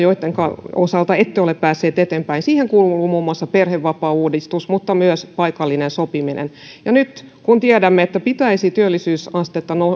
joittenka osalta ette ole päässeet eteenpäin siihen kuuluu muun muassa perhevapaauudistus mutta myös paikallinen sopiminen ja nyt kun tiedämme että pitäisi työllisyysastetta